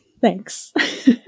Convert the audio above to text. Thanks